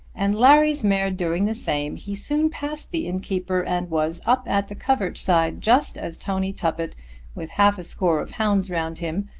and larry's mare doing the same, he soon passed the innkeeper and was up at the covert side just as tony tuppett with half a score of hounds round him,